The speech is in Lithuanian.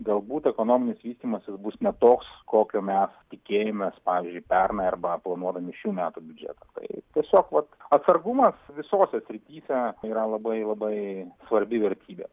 galbūt ekonominis vystymasis bus ne toks kokio mes tikėjomės pavyzdžiui pernai arba planuodami šių metų biudžetą tai tiesiog vat atsargumas visose srityse yra labai labai svarbi vertybė